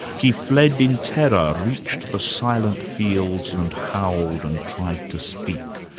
he fled in terror, reached the silent fields and howled, and tried to speak.